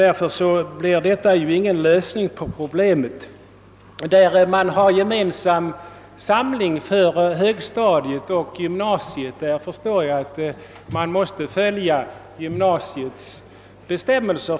Därför ger statsrådets svar ingen lösning på problemet. Där man har gemensam samling för högstadiet och gymmasiet förstår jag att man måste följa gymnasiets bestämmelser.